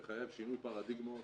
עמיחי לוי מנהל תחום תח"צ מחוז דרום,